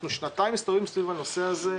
אנחנו שנתיים מסתובבים סביב הנושא הזה.